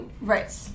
right